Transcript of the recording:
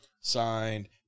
signed